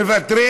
מוותרים.